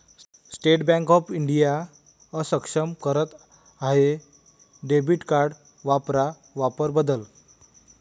state Bank of India अक्षम करत आहे डेबिट कार्ड वापरा वापर बदल